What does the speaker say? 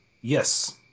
Yes